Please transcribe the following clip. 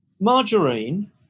Margarine